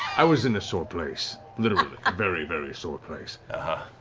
i was in a sore place. literally, a very, very sore place. ah